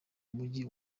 mujyi